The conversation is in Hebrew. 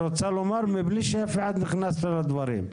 רוצה לומר מבלי שאף אחד נכנס לה לדברים.